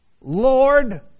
Lord